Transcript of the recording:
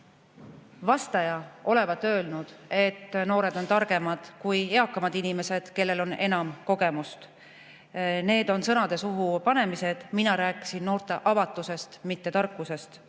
vastaja olevat öelnud, et noored on targemad kui eakamad inimesed, kellel on enam kogemust. See on sõnade suhu panemine. Mina rääkisin noorte avatusest, mitte tarkusest.